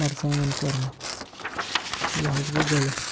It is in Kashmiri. مَرژانٛگَن کۄرمہٕ تہٕ یہِ حظ گوٚو غلط